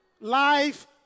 Life